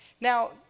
Now